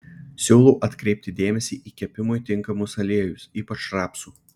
siūlau atkreipti dėmesį į kepimui tinkamus aliejus ypač rapsų